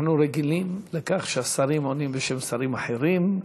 אנחנו רגילים לכך שהשרים עונים בשם שרים אחרים.